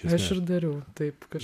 aš ir dariau taip kaž